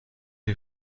you